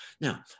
Now